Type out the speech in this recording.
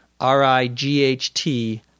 R-I-G-H-T